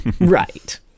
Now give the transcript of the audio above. Right